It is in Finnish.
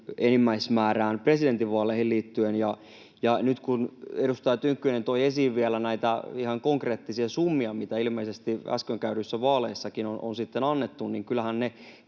enimmäismäärään presidentinvaaleihin liittyen, ja nyt kun edustaja Tynkkynen toi esiin vielä näitä ihan konkreettisia summia, mitä ilmeisesti äsken käydyissä vaaleissakin on sitten annettu, niin kyllähän ne